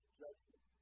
judgment